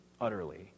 utterly